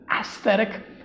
aesthetic